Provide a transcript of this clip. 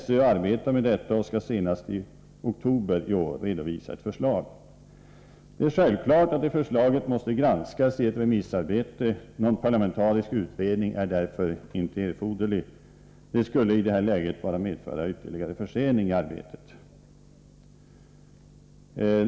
SÖ arbetar med detta och skall senast i oktober i år redovisa ett förslag. Det är självklart att det förslaget måste granskas i ett remissarbete. Någon parlamentarisk utredning är därför inte erforderlig. Den skulle i det här läget bara medföra ytterligare försening i arbetet.